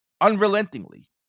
unrelentingly